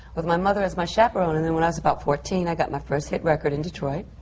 with my mother as my chaperone. and then when i was about fourteen, i got my first hit record in detroit.